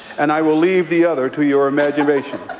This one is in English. and i will leave the other to your imagination.